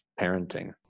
parenting